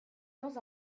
dans